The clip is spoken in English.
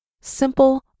simple